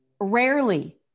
Rarely